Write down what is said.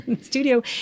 studio